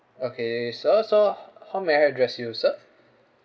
okay sir so how may I address you sir